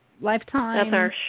Lifetime